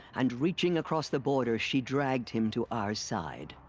and reaching across the border, she dragged him to our side.